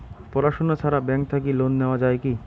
পড়াশুনা ছাড়া ব্যাংক থাকি লোন নেওয়া যায় কি?